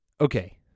Okay